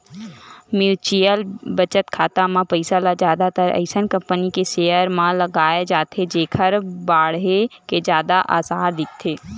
mutual बचत खाता म पइसा ल जादातर अइसन कंपनी के सेयर म लगाए जाथे जेखर बाड़हे के जादा असार रहिथे